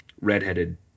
redheaded